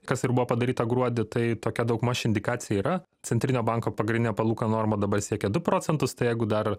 kas ir buvo padaryta gruodį tai tokia daugmaž indikacija yra centrinio banko pagrindinė palūkanų norma dabar siekia du procentus tai jeigu dar